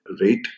rate